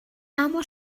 اما